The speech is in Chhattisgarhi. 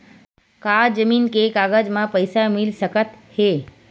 का जमीन के कागज म पईसा मिल सकत हे?